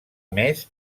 més